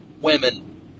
women